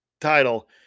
title